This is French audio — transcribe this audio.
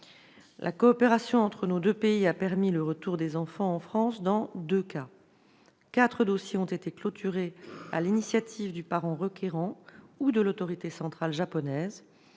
la coopération entre nos deux pays a permis le retour des enfants en France dans deux cas. Quatre dossiers ont été clôturés à l'initiative du parent requérant ou de l'autorité centrale japonaise.